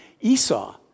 Esau